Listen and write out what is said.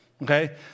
okay